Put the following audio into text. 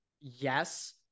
Yes